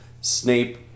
Snape